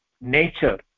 nature